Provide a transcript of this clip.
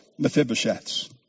Mephibosheths